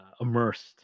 immersed